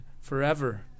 forever